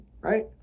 right